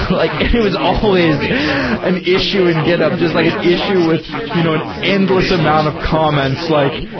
like it was always an issue in github, just like an issue with you know an endless amount of comments, like,